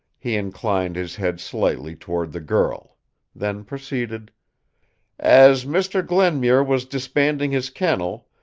he inclined his head slightly toward the girl then proceeded as mr. glenmuir was disbanding his kennel,